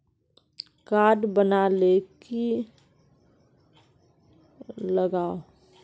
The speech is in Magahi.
कार्ड बना ले की लगाव?